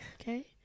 okay